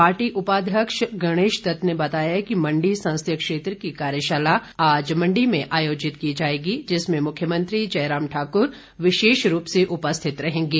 party उपाध्यक्ष गणेश दत ने बताया कि मण्डी संसदीय क्षेत्र की कार्यशाला आज मण्डी में आयोजित की जाएगी जिसमें मुख्यमंत्री जयराम ठाक्र विशेष रूप से उपस्थित रहेंगे